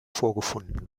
vorgefunden